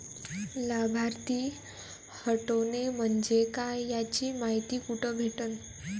लाभार्थी हटोने म्हंजे काय याची मायती कुठी भेटन?